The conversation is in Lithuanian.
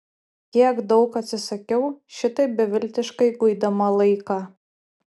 kiek daug atsisakiau šitaip beviltiškai guidama laiką